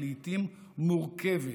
היא לעיתים מורכבת,